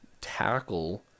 tackle